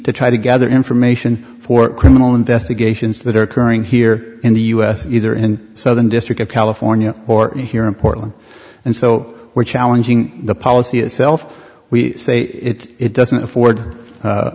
to try to gather information for criminal investigations that are occurring here in the u s either in southern district of california or here in portland and so we're challenging the policy itself we say it doesn't afford